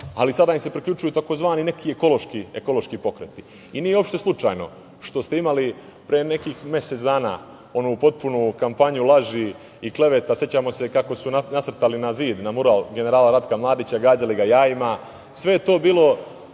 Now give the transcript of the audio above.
ali sada im se priključuju tzv. ekološki pokreti. Nije uopšte slučajno što ste imali pre nekih mesec dana onu potpunu kampanju laži i kleveta. Sećamo se kako su nasrtali na zid, na mural generala Ratka Mladića, gađali ga jajima. Sve je to bila